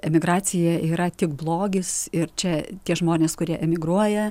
emigracija yra tik blogis ir čia tie žmonės kurie emigruoja